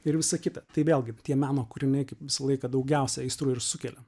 ir visa kita tai vėlgi tie meno kūriniai kaip visą laiką daugiausiai aistrų ir sukelia